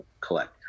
collect